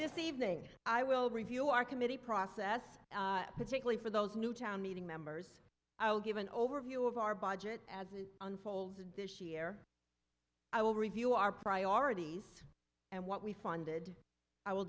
this evening i will review our committee process particularly for those new town meeting members i'll give an overview of our budget as it unfolds this year i will review our priorities and what we funded i will